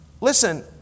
listen